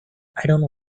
know